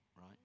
right